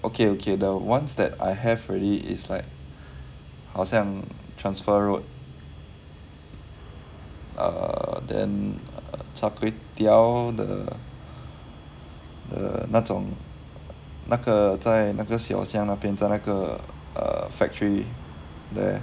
okay okay the ones that I have already is like 好像 transfer road err then err char kway teow the err 那种那个在那个小巷那边在那个 err factory there